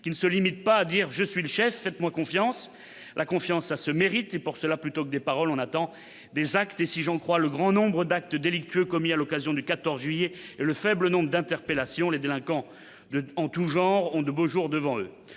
qui ne se limite pas à dire je suis le chef, faites-moi confiance, la confiance, ça se mérite, et pour cela, plutôt que des paroles, on attend des actes et si j'en crois le grand nombre d'actes délictueux commis à l'occasion du 14 juillet le faible nombre d'interpellations, les délinquants de en tout genre ont de beaux jours devant eux,